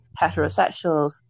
heterosexuals